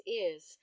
ears